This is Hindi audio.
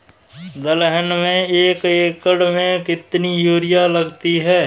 दलहन में एक एकण में कितनी यूरिया लगती है?